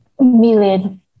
million